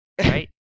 right